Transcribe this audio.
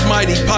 Mighty